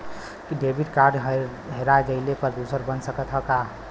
Debit card हेरा जइले पर दूसर बन सकत ह का?